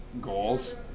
goals